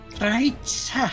right